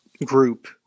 group